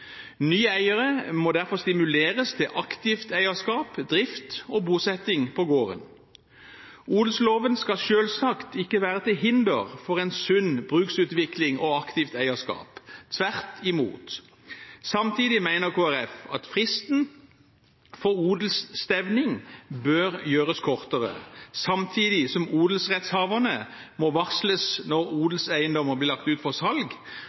Nye eiere må derfor stimuleres til aktivt eierskap, drift og bosetting på gården. Odelsloven skal selvsagt ikke være til hinder for en sunn bruksutvikling og et aktivt eierskap – tvert imot. Samtidig mener Kristelig Folkeparti at fristen for odelsstevning bør gjøres kortere, samtidig som odelsrettshaverne må varsles når odelseiendommer blir lagt ut for salg,